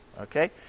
Okay